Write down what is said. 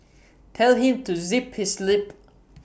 tell him to zip his lip